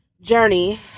journey